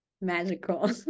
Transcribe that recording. magical